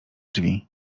drzwi